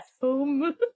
boom